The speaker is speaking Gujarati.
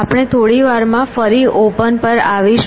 આપણે થોડી વારમાં ફરીથી ઓપન પર આવીશું